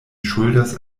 ŝuldas